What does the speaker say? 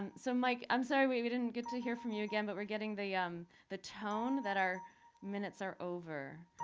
and so mike, i'm sorry we we didn't get to hear from you again, but we're getting the um the tone that our minutes are over.